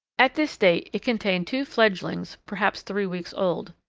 at this date it contained two fledglings perhaps three weeks old.